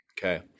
okay